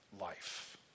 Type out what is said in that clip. life